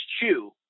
chew